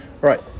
Right